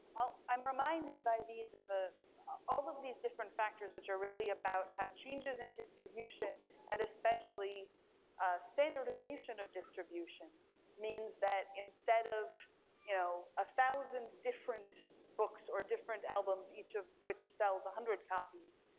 ah i'm reminded by these, ah all of these different factors, which are really about how changes in distribution and especially standardization of distribution means that instead of you know a thousand different books, or different albums, each of which sells a hundred copies,